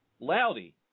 Loudy